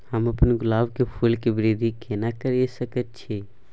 हम अपन गुलाब के फूल के वृद्धि केना करिये सकेत छी?